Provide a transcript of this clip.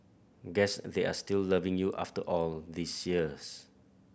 guess they are still loving you after all these years